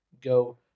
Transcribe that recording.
go